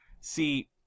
see